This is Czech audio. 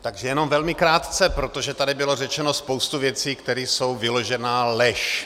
Takže jenom velmi krátce, protože tady byla řečena spousta věcí, které jsou vyložená lež.